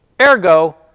ergo